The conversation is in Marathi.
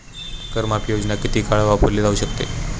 कर माफी योजना किती काळ वापरली जाऊ शकते?